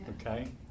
Okay